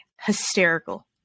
Hysterical